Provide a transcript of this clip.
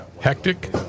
hectic